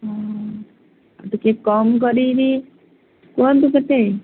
ହୁଁ ଟିକିଏ କମ୍ କରିକିରି କୁହନ୍ତୁ କେତେ